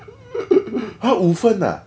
!huh! 五分 ah